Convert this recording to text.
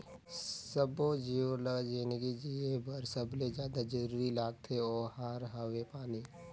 सब्बो जीव ल जिनगी जिए बर सबले जादा जरूरी लागथे ओहार हवे पानी